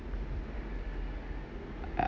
I